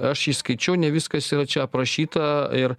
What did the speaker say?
aš įskaičiau ne viskas yra čia aprašyta ir